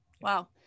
wow